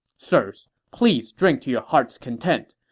sirs, please drink to your heart's content,